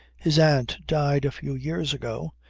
his aunt died a few years ago.